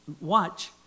watch